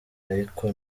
ariko